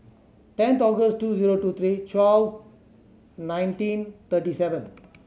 tenth August two zero two three twelve nineteen thirty seven